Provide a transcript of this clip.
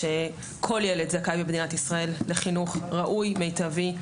היא שכל ילד זכאי במדינת ישראל לחינוך ראוי ומיטבי.